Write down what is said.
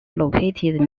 located